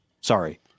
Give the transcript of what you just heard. Sorry